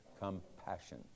compassion